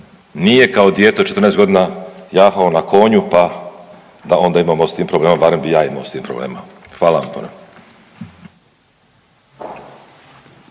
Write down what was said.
nije kao dijete od 14 godina jahao na konju pa da onda imamo s tim problema, barem bi ja imao s tim problema. Hvala vam